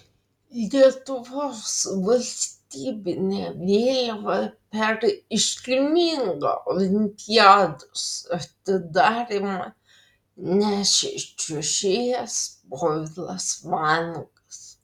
lietuvos valstybinę vėliavą per iškilmingą olimpiados atidarymą nešė čiuožėjas povilas vanagas